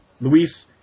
Luis